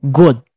good